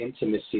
intimacy